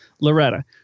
Loretta